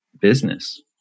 business